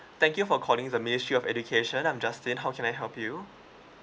thank you for calling the ministry of education I'm justin how can I help you